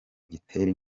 gitera